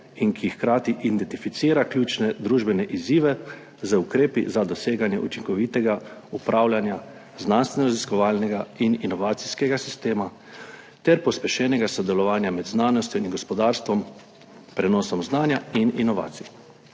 in ki hkrati identificira ključne družbene izzive z ukrepi za doseganje učinkovitega upravljanja znanstvenoraziskovalnega in inovacijskega sistema ter pospešenega sodelovanja med znanostjo in gospodarstvom, prenosom znanja in inovacij.